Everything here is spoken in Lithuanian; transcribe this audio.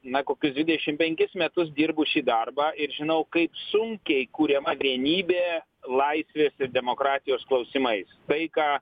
na kokius dvidešim penkis metus dirbu šį darbą ir žinau kaip sunkiai kuriama vienybė laisvės ir demokratijos klausimais tai ką